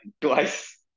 twice